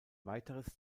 weiteres